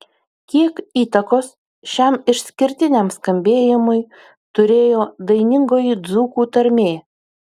kiek įtakos šiam išskirtiniam skambėjimui turėjo dainingoji dzūkų tarmė